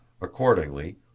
accordingly